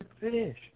fish